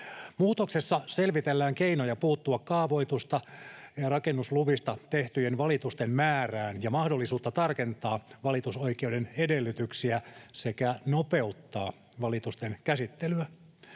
Muutoksessa selvitellään keinoja puuttua kaavoista ja rakennusluvista tehtyjen valitusten määrään ja mahdollisuutta tarkentaa valitusoikeuden edellytyksiä sekä nopeuttaa valitusten käsittelyä.